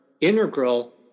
integral